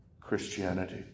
Christianity